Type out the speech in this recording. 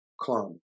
clone